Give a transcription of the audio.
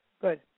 good